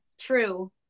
true